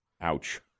Ouch